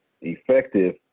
Effective